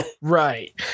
Right